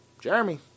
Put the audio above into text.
Jeremy